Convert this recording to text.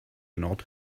nod